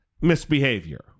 misbehavior